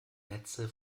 netze